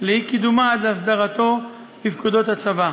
לאי-קידומה עד להסדרה בפקודות הצבא.